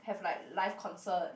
have like live concert